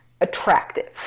attractive